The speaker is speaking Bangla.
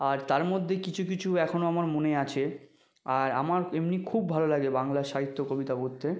আর তার মধ্যে কিছু কিছু এখনো আমার মনে আছে আর আমার এমনি খুব ভালো লাগে বাংলা সাহিত্য কবিতা পড়তে